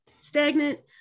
stagnant